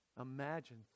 Imagine